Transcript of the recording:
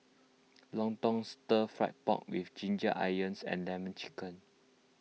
Lontong Stir Fried Pork with Ginger Onions and Lemon Chicken